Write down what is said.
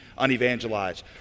unevangelized